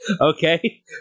Okay